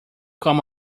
come